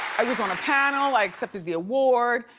i was on a panel, i accepted the award,